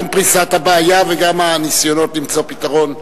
גם פריסת הבעיה וגם הניסיונות למצוא פתרון.